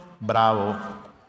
bravo